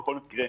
ובכל מקרה,